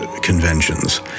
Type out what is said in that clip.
conventions